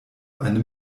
eine